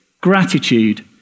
gratitude